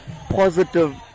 positive